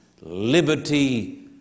liberty